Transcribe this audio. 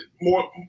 more